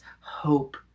hope